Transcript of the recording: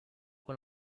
con